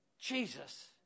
Jesus